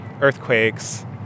earthquakes